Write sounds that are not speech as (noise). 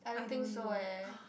I don't know (breath)